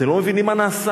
אתם לא מבינים מה נעשה,